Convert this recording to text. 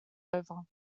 over